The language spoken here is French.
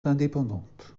indépendantes